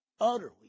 utterly